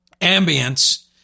ambience